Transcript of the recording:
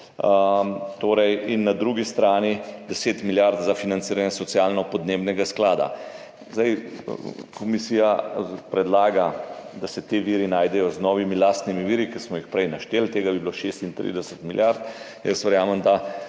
EU, in na drugi strani 10 milijard za financiranje socialno-podnebnega sklada. Komisija predlaga, da se ti viri najdejo z novimi lastnimi viri, ki smo jih prej našteli, tega bi bilo 36 milijard. Jaz verjamem,